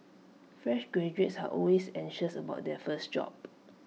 fresh graduates are always anxious about their first job